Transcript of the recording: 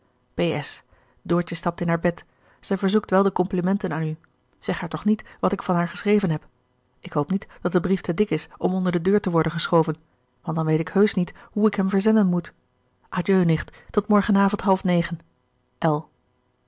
doortje stapt in haar bed zij verzoekt wel de complimenten aan u zeg haar toch niet wat ik van haar geschreven heb ik hoop niet dat de brief te dik is om onder de deur te worden geschoven want dan weet ik heusch niet hoe ik hem verzenden moet adieu nicht tot morgen avond half